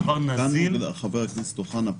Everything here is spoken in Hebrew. זה נזיל --- חבר הכנסת אוחנה,